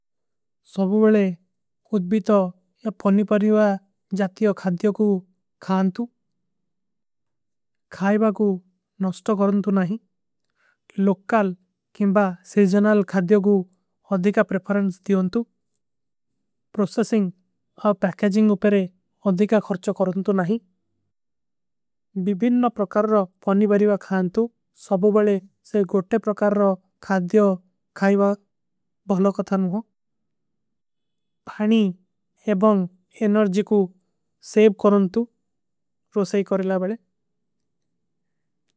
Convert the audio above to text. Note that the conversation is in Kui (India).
ସବୋବଲେ ଉଦ୍ଭୀତ ଯା ପଣିବରିଵା ଜାତିଯୋ ଖାଦ୍ଯୋ କୂ ଖାନତୁ। ଖାଈବା କୂ ନସ୍ଟୋ କରନତୁ ନହୀଂ ଲୋକାଲ କେଂବା ସେଜନଲ ଖାଦ୍ଯୋ। କୂ ଅଧିକା ପ୍ରେଫରେଂସ ଦିଯୋଂତୁ ପ୍ରୋସେସିଂଗ ଅବ ପୈକେଜିଂଗ ଉପରେ। ଅଧିକା ଖର୍ଚ କରନତୁ ନହୀଂ ବିବିନ ପ୍ରକାର ପଣିବରିଵା ଖାନତୁ। ସବୋବଲେ ସେ ଗୋଟେ ପ୍ରକାର ଖାଦ୍ଯୋ ଖାଈବା ବହଲୋ କଥାନୂ ହୋ। ପାନୀ ଏବଂଗ ଏନରଜୀ କୂ ସେଵ କରନତୁ ରୋସୈ କରିଲା ବଲେ।